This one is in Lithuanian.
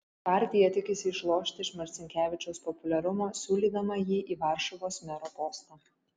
partija tikisi išlošti iš marcinkevičiaus populiarumo siūlydama jį į varšuvos mero postą